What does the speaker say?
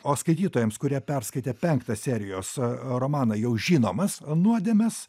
o skaitytojams kurie perskaitę penktą serijos romaną jau žinomas nuodėmes